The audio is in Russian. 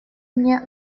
мне